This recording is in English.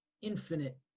infinite